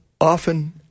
often